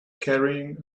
carrying